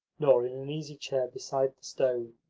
nor in an easy chair beside the stove,